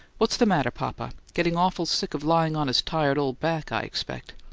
what's the matter, papa? getting awful sick of lying on his tired old back, i expect.